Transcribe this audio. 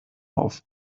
auf